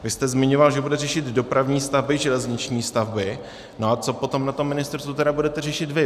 Vy jste zmiňoval, že bude řešit dopravní stavby, železniční stavby no a co potom na tom ministerstvu tedy budete řešit vy?